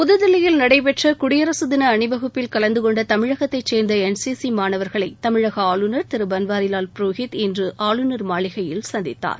புதுதில்லியில் நடைபெற்ற குடியரசு திள அணிவகுப்பில் கலந்துகொண்ட தமிழகத்தை சேர்ந்த என் சி சி மாணவர்களை ஆளுநர் திரு பன்வாரிலால் புரோஹித் இன்று ஆளுநர் மாளிகையில் சந்தித்தார்